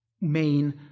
main